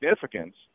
significance